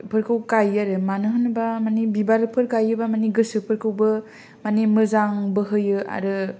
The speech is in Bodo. फोरखौ गाइयो आरो मानो होनोबा मानि बिबारफोर गाइयोबा मानि गोसोफोरखौबो मानि मोजां बोहोयो आरो